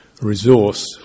resource